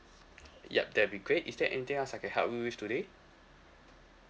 yup that will be great is there anything else I can help you with today